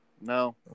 No